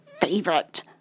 favorite